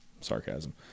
Sarcasm